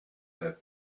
that